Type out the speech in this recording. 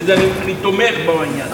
ואני תומך בעניין.